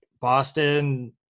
Boston